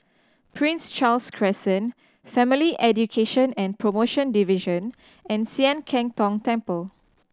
Prince Charles Crescent Family Education and Promotion Division and Sian Keng Tong Temple